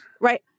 Right